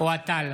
אוהד טל,